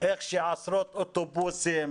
איך שעשרות אוטובוסים